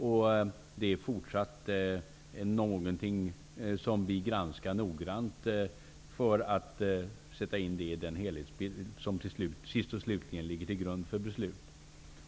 Det är fortsatt någonting som regeringen granskar noggrant för att sätta in i den helhetsbild som slutligen ligger till grund för beslut.